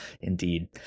indeed